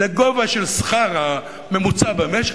לגובה של השכר הממוצע במשק,